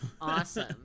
Awesome